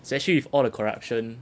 especially with all the corruption